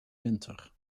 winter